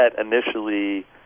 initially